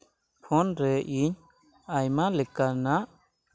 phone ᱨᱮ ᱤᱧ ᱟᱭᱢᱟ ᱞᱮᱠᱟᱱᱟᱜ